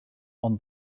ond